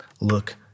Look